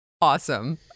awesome